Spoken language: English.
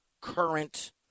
current